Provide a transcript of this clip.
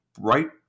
right